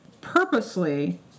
purposely